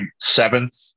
seventh